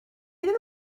iddyn